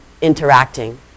interacting